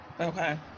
Okay